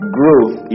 growth